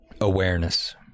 awareness